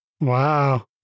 Wow